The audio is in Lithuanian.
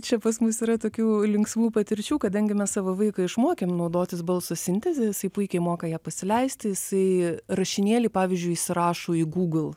čia pas mus yra tokių linksmų patirčių kadangi mes savo vaiką išmokėm naudotis balso sinteze jisai puikiai moka ją pasileisti jisai rašinėlį pavyzdžiui įsirašo į google